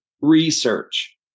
research